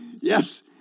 yes